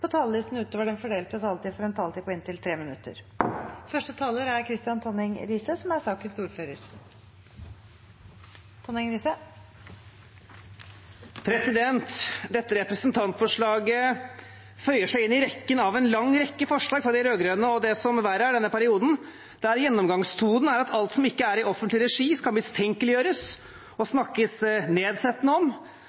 på talerlisten utover den fordelte taletid, får en taletid på inntil 3 minutt. Dette representantforslaget føyer seg inn i rekken av en lang rekke forslag fra de rød-grønne og det som verre er, i denne perioden, der gjennomgangstonen er at alt som ikke er i offentlig regi, skal mistenkeliggjøres og